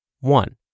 One